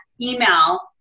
email